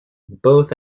both